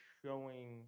showing